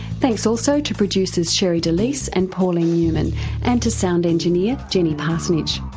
thanks also to producers sherre delys and pauline newman and to sound engineer jenny parsonage.